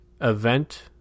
event